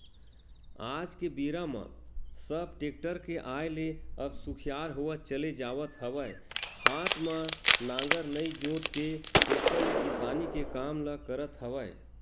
आज के बेरा म सब टेक्टर के आय ले अब सुखियार होवत चले जावत हवय हात म नांगर नइ जोंत के टेक्टर ले किसानी के काम ल करत हवय